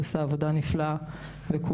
היא עושה עבודה נפלאה לכולם.